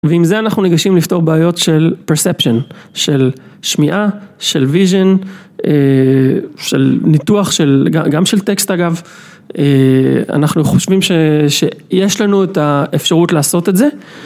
ועם זה אנחנו ניגשים לפתור בעיות של perception, של שמיעה, של vision, של ניתוח, גם של טקסט אגב. אנחנו חושבים שיש לנו את האפשרות לעשות את זה.